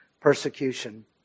persecution